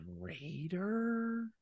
Raider